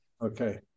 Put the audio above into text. Okay